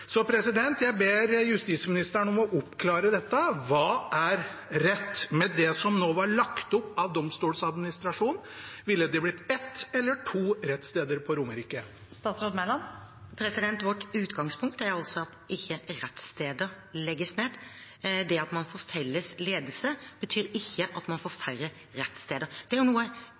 Jeg ber justisministeren om å oppklare dette. Hva er rett? Med det som det nå var lagt opp til av Domstoladministrasjonen, ville det blitt ett eller to rettssteder på Romerike? Vårt utgangspunkt er at rettssteder ikke legges ned. Det at man får felles ledelse, betyr ikke at man får færre rettssteder. Det er noe